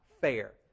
fair